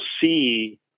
see